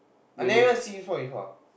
I never even see before you saw before ah